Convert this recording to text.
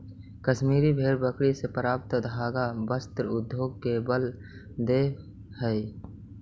कश्मीरी भेड़ बकरी से प्राप्त धागा वस्त्र उद्योग के बल देवऽ हइ